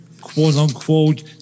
quote-unquote